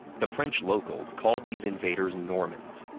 the french locals called these invaders normans,